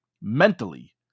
mentally